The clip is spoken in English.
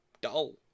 dull